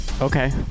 Okay